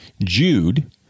Jude